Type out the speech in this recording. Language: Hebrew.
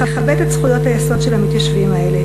לכבד את זכויות היסוד של המתיישבים האלה